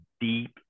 deep